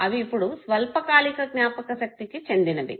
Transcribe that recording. అవి ఇప్పుడు స్వల్పకాలిక జ్ఞాపకశక్తికి చెందినవి